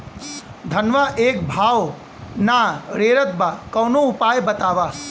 धनवा एक भाव ना रेड़त बा कवनो उपाय बतावा?